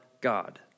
God